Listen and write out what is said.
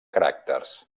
caràcters